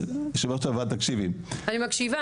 יושבת ראש הוועדה תקשיבי --- אני מקשיבה,